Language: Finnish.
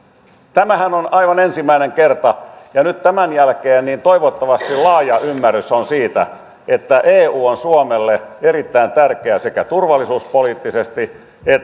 tämähän on aivan ensimmäinen kerta nyt tämän jälkeen toivottavasti on laaja ymmärrys siitä että eu on suomelle erittäin tärkeä sekä turvallisuuspoliittisesti että